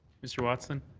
mr. watson?